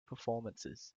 performances